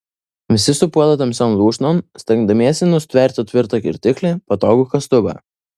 visi supuola tamsion lūšnon stengdamiesi nustverti tvirtą kirtiklį patogų kastuvą